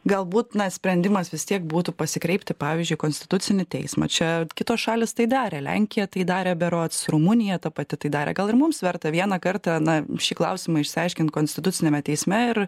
galbūt na sprendimas vis tiek būtų pasikreipti pavyzdžiui konstitucinį teismą čia kitos šalys tai darė lenkija tai darė berods rumunija ta pati tai darė gal ir mums verta vieną kartą na šį klausimą išsiaiškint konstituciniame teisme ir